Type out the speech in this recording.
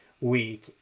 week